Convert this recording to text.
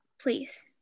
Please